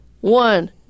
One